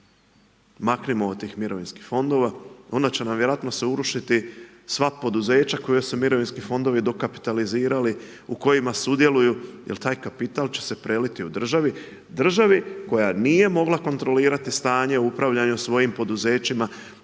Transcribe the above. maknimo od tih mirovinskih fondova, onda će nam vjerojatno se urušiti sva poduzeća koja su mirovinski fondovi dokapitalizirali, u kojima sudjeluju jer taj kapital će se preliti u državi, državi koja nije mogla kontrolirati stanje u upravljanju svojim poduzećima,